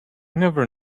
never